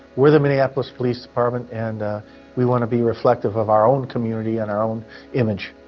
we're the minneapolis police department and we want to be reflective of our own community and our own image.